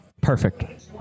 Perfect